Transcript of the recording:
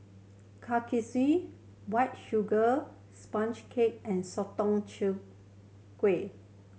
Kuih Kaswi White Sugar Sponge Cake and sotong char gui